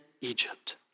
Egypt